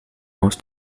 aus